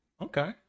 Okay